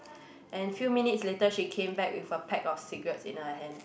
and few minutes later she came back with a pack of cigarettes in her hand